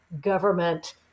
government